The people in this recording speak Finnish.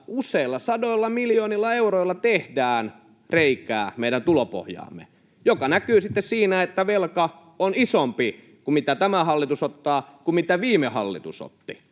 useilla sadoilla miljoonilla euroilla tehdään reikää meidän tulopohjaamme, mikä näkyy sitten siinä, että velka, mitä tämä hallitus ottaa, on isompi kuin mitä viime hallitus otti.